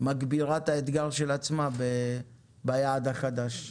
מגבירה את האתגר של עצמה ביעד החדש.